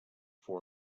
for